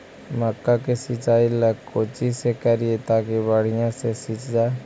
मक्का के सिंचाई ला कोची से करिए ताकी बढ़िया से सींच जाय?